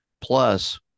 plus